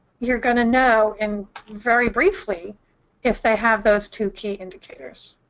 you're going to know and very briefly if they have those two key indicators.